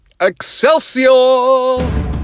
excelsior